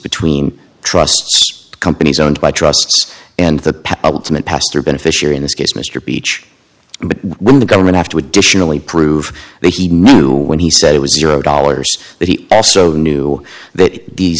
between trust companies owned by trusts and the ultimate pastor beneficiary in this case mr beach but when the government have to additionally prove that he knew when he said it was zero dollars that he also knew that the